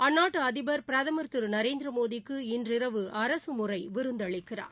அந்நாட்டு அதிபர் பிரதமர் திரு நரேந்திர மோடிக்கு இன்றிரவு அரசு முறை விருந்தளிக்கிறார்